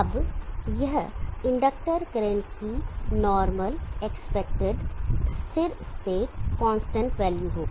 अब यह inductor current की नॉर्मल एक्सपेक्टेड स्थिर स्टेट वैल्यू होगी